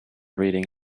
reading